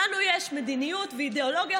לנו יש מדיניות ואידיאולוגיה,